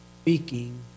Speaking